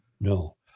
No